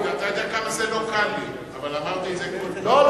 אתה יודע כמה זה לא קל לי, אבל אמרתי את זה, לא.